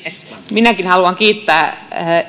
minäkin haluan kiittää